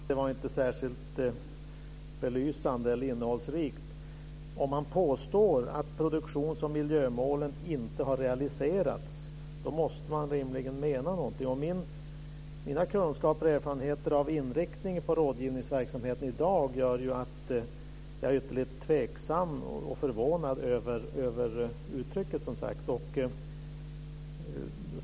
Fru talman! Det var inte särskilt belysande eller innehållsrikt. Om man påstår att produktions och miljömålen inte har realiserats måste man rimligen mena någonting. Mina kunskaper om och erfarenheter av inriktningen på rådgivningsverksamheten i dag gör att jag är ytterligt tveksam och förvånad över uttrycket, som sagt.